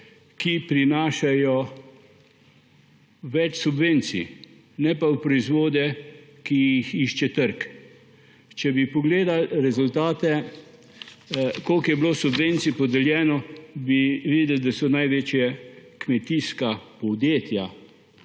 ki prinašajo več subvencij, ne pa v proizvode, ki jih išče trg. Če bi pogledali rezultate, koliko subvencij je bilo podeljenih, bi videli, da so največja kmetijska podjetja